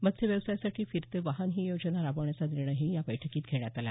मत्स्य व्यवसायासाठी फिरते वाहन ही योजना राबवण्याचा निर्णयही या बैठकीत घेण्यात आला